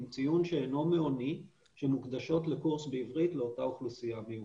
עם ציון שאינו מאוני שמוקדשות לקורס בעברית לאותה אוכלוסייה מיוחדת.